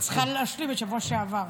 אני צריכה להשלים מהשבוע שעבר.